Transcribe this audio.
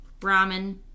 ramen